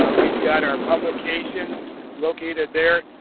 ah we've got our publications located there,